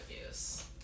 abuse